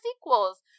sequels